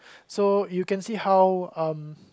so you can see how um